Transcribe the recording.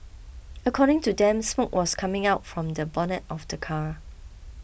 according to them smoke was coming out from the bonnet of the car